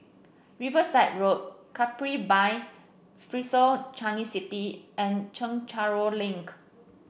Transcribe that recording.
Riverside Road Capri by Fraser Changi City and Chencharu Link